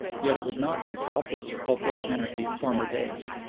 yet it would not be the helpless, hopeless anarchy of former days,